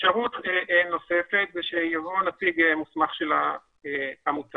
אפשרות נוספת היא שיבוא הנציג המוסמך של העמותה,